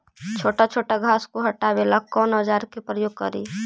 छोटा छोटा घास को हटाबे ला कौन औजार के प्रयोग करि?